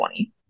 20